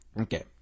Okay